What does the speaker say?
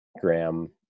Graham